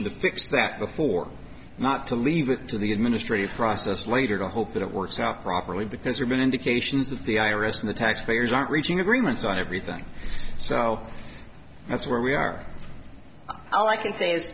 to fix that before not to leave it to the administrative process later to hope that it works out properly because we've been indications that the i r s and the taxpayers aren't reaching agreements on everything so that's where we are all i can say is